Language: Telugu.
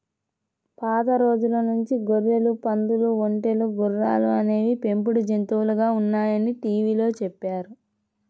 పాత రోజుల నుంచి గొర్రెలు, పందులు, ఒంటెలు, గుర్రాలు అనేవి పెంపుడు జంతువులుగా ఉన్నాయని టీవీలో చెప్పారు